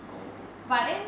oh but then